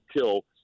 kill